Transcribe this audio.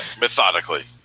Methodically